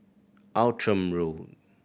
Outram Road